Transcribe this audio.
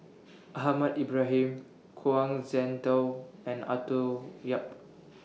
Ahmad Ibrahim Kuang Shengtao and Arthur Yap